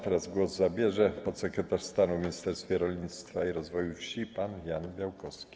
Teraz głos zabierze podsekretarz stanu w Ministerstwie Rolnictwa i Rozwoju Wsi pan Jan Białkowski.